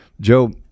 Joe